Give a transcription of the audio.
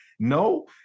No